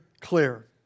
clear